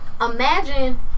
imagine